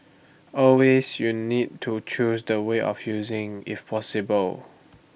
always you need to choose the way of using if possible